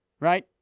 Right